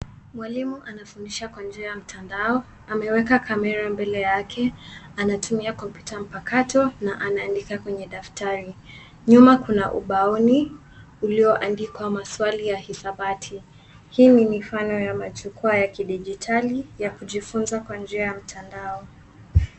Mwalimu anafundisha kwa njia ya mtandao. Ameweka kamera mbele yake. Anatumia kompyuta mpakato na anaandika kwenye dadtari. Nyuma kuna ubaoni uliondikwa maswali ya hisabati. Hii ni mifano ya majukwa ya kidijitali ya kujifunza kwa njia ya mtandao.